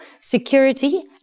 security